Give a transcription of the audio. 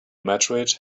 meteorite